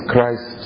Christ